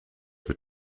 were